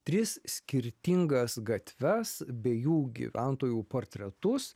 tris skirtingas gatves bei jų gyventojų portretus